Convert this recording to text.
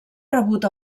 rebut